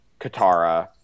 Katara